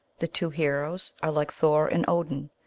the two heroes are, like thor and odin,